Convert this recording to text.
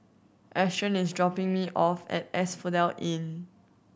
Ashton is dropping me off at Asphodel Inn